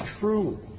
true